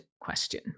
question